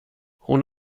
hon